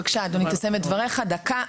בבקשה אדוני, סיים את דבריך בדקה.